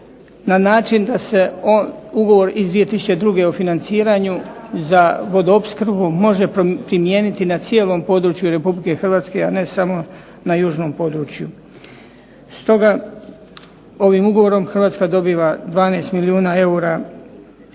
na način da se ugovor iz 2002. o financiranju za vodoopskrbu može primijeniti na cijelom području RH, a ne samo na južnom području. Stoga ovim ugovorom Hrvatska dobiva 12 milijuna eura